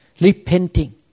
Repenting